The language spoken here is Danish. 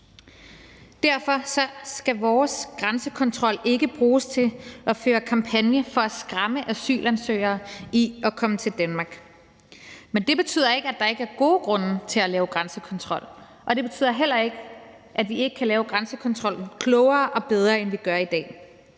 Derfor skal vores grænsekontrol ikke bruges til at føre kampagne for at skræmme asylansøgere fra at komme til Danmark. Men det betyder ikke, at der ikke er gode grunde til at lave grænsekontrol, og det betyder heller ikke, at vi ikke kan lave grænsekontrollen klogere og bedre, end vi gør i dag.